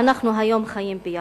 שאנחנו היום חיים ביחד.